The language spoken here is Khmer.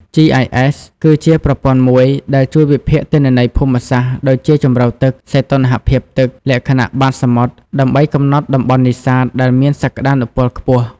GIS គឺជាប្រព័ន្ធមួយដែលជួយវិភាគទិន្នន័យភូមិសាស្ត្រ ដូចជាជម្រៅទឹក សីតុណ្ហភាពទឹក លក្ខណៈបាតសមុទ្រ ដើម្បីកំណត់តំបន់នេសាទដែលមានសក្តានុពលខ្ពស់។